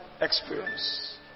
experience